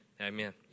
amen